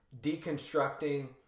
deconstructing